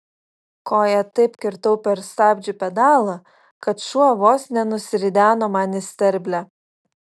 koja taip kirtau per stabdžių pedalą kad šuo vos nenusirideno man į sterblę